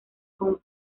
con